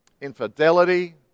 infidelity